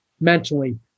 mentally